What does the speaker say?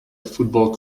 football